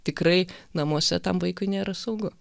tikrai namuose tam vaikui nėra saugu